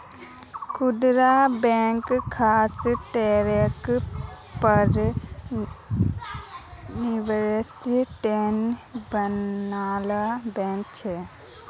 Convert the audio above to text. खुदरा बैंक ख़ास तौरेर पर निवेसेर तने बनाल बैंक छे